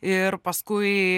ir paskui